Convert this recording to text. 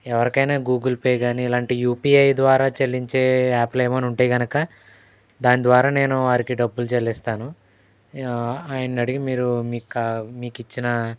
ఎవరికైనా Google Pay కాని ఇలాంటి యూపీఐ ద్వారా చెల్లించే యాప్లు ఏమైనా ఉంటే కనుక దాని ద్వారా నేను వారికి డబ్బులు చెల్లిస్తాను ఆయన్ని అడిగి మీరు మీక మీకిచ్చిన